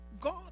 god